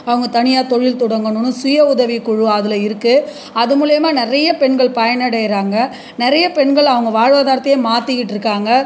அவங்க தனியாக தொழில் தொடங்கணுன்னு சுய உதவிக்குழு அதில் இருக்குது அது மூலிமா நிறைய பெண்கள் பயனடைகிறாங்க நிறைய பெண்கள் அவங்க வாழ்வாதாரத்தையே மாற்றிக்கிட்ருக்காங்க